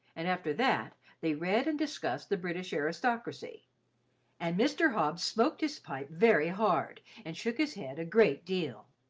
and after that they read and discussed the british aristocracy and mr. hobbs smoked his pipe very hard and shook his head a great deal.